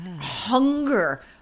hunger